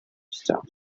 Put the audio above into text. stop